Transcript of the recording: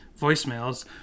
voicemails